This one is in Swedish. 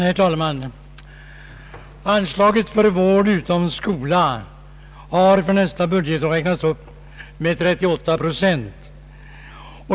Herr talman! Anslaget för vård utom skola har för nästa budgetår räknats upp med 38 procent.